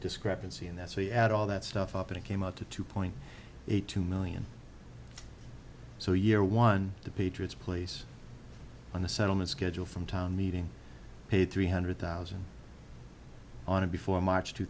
discrepancy in that way at all that stuff up it came out to two point eight two million so year one the patriots place on the settlement schedule from town meeting paid three hundred thousand on to before march two